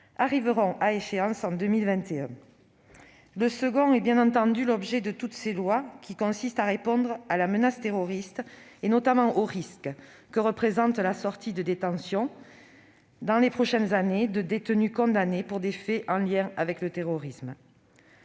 arriveront à échéance en 2021. Le second est, bien entendu, l'objet de toutes ces lois : répondre à la menace terroriste et notamment au risque que représente la sortie de détention, dans les prochaines années, de détenus condamnés pour des faits en lien avec le terrorisme.